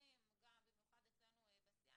במיוחד אצלנו בסיעה,